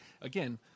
Again